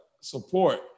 support